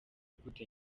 gute